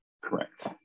correct